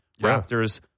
Raptors